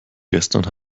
gestern